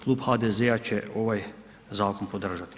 Klub HDZ-a će ovaj zakon podržati.